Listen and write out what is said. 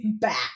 back